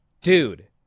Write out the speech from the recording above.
Dude